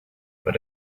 but